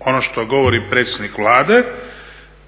ono što govori predsjednik Vlade